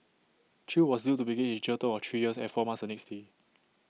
chew was due to begin his jail term of three years and four months the next day